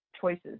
choices